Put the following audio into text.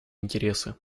интересы